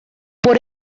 por